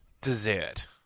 dessert